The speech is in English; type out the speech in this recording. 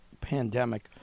pandemic